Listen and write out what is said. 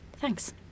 Thanks